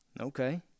Okay